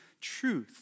truth